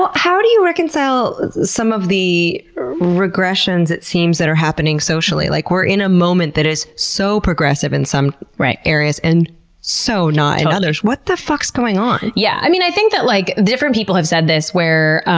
how do you reconcile some of the regressions it seems that are happening socially? like, we're in a moment that is so progressive in some areas areas and so not in others. what the fuck's going on? yeah, i mean, i think that like different people have said this where,